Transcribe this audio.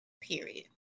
Period